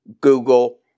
Google